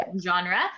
genre